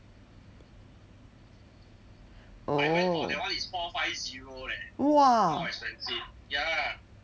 oh !wah!